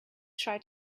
try